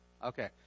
Okay